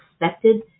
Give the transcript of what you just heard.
expected